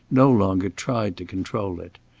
no longer tried to control it.